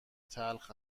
تلخ